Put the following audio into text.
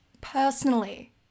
personally